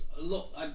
Look